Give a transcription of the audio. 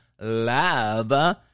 love